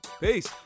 peace